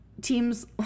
teams